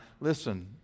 listen